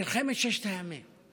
מלחמת ששת הימים.